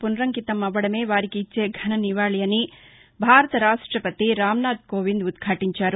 వునరంకితం అవ్వడమే వారికి ఇచ్చే ఘన నివాళి అని భారత రాష్టవతి రామ్నాథ్ కోవింద్ ఉద్యాటించారు